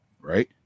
right